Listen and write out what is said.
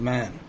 Man